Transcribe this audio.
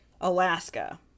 Alaska